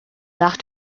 nach